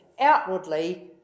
outwardly